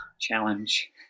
challenge